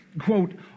quote